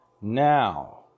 Now